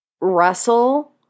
Russell